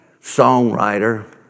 songwriter